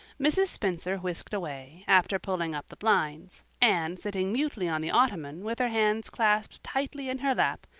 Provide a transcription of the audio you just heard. mrs. spencer whisked away, after pulling up the blinds. anne sitting mutely on the ottoman, with her hands clasped tightly in her lap,